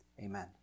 Amen